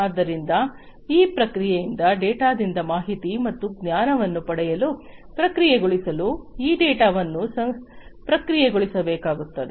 ಆದ್ದರಿಂದ ಈ ಪ್ರಕ್ರಿಯೆಯಿಂದ ಡೇಟಾದಿಂದ ಮಾಹಿತಿ ಮತ್ತು ಜ್ಞಾನವನ್ನು ಪಡೆಯಲು ಪ್ರಕ್ರಿಯೆಗೊಳಿಸಲು ಈ ಡೇಟಾವನ್ನು ಪ್ರಕ್ರಿಯೆಗೊಳಿಸಬೇಕಾಗುತ್ತದೆ